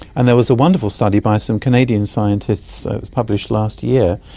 and there was a wonderful study by some canadian scientists, it was published last year,